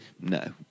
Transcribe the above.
No